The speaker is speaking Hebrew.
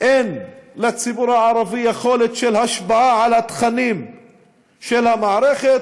אין לציבור הערבי יכולת של השפעה על התכנים של המערכת,